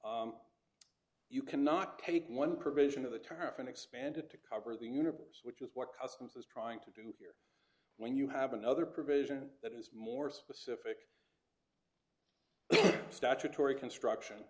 plate you cannot take one provision of the turf and expanded to cover the universe which is what customs is trying to do here when you have another provision that is more specific statutory construction